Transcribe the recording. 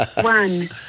One